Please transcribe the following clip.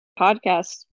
podcast